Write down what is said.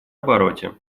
обороте